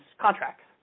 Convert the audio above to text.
contracts